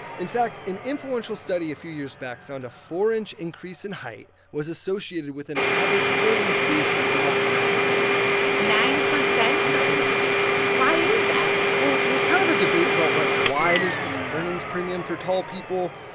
in fact, an influential study a few years back found a four inch increase in height was associated with an average earnings boost of about nine point nine percent? nine percent why is that? well, there's kind of a debate about, like, why there's this earnings premium for tall people.